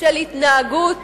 של התנהגות